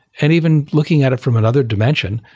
and even looking at it from another dimension,